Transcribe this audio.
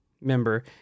member